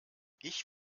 ich